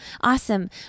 Awesome